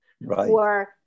Right